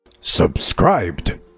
Subscribed